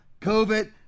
COVID